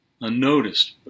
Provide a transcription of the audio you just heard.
unnoticed